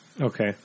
Okay